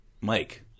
Mike